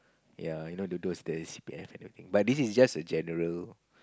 ya you know the those the C_P_F and everything but this is just a general